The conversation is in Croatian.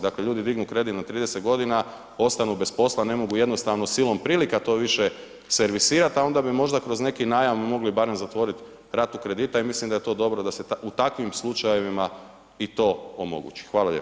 Dakle, ljudi dignu kredit na 30 godina, ostanu bez posla, ne mogu jednostavno silom prilika to više servisirati, a onda bi možda kroz neki najam mogli barem zatvoriti ratu kredita i mislim da je to dobro da se u takvim slučajevima i to omogući.